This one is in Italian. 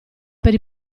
per